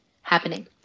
happening